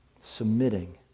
submitting